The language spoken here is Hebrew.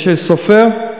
יש סופר?